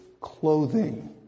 clothing